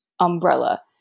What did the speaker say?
umbrella